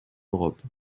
europe